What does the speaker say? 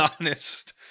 honest